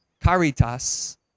caritas